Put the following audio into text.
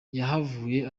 yahavuye